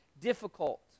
difficult